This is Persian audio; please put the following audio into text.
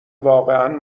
واقعا